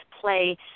play